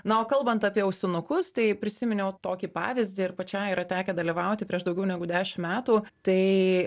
na o kalbant apie ausinukus tai prisiminiau tokį pavyzdį ir pačiai yra tekę dalyvauti prieš daugiau negu dešim metų tai